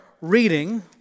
reading